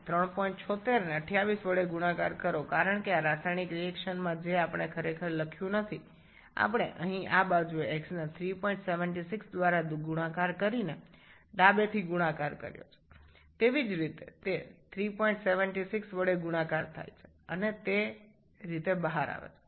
সুতরাং ৩৭৬ ২৮ দ্বারা গুন হয় কারণ এই রাসায়নিক বিক্রিয়ায় যা আমরা আসলে লিখিনি তা এখানে আমাদের এই দিকে সাথে x ও ৩৭৬ গুন হয় একইভাবে এটি ৩৭৬x গুন হিসাবে যেমনটি আসে